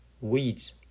weeds